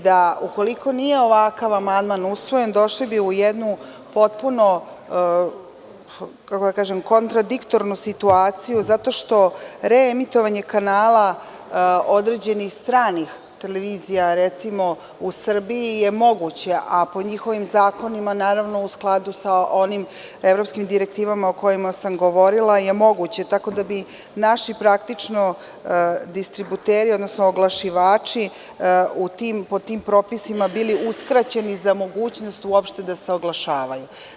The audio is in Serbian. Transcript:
Da nije ovakav amandman usvojen, došli bi u jednu potpuno kontradiktornu situaciju, zato što reemitovanje kanala određenih stranih televizija, recimo u Srbiji je moguće, a po njihovim zakonima, naravno u skladu sa onim evropskim direktivama o kojima sam govorila je moguće, tako da bi naši praktično distributeri, odnosno oglašivači po tom propisima bili uskraćeni uopšte za mogućnost da se oglašavaju.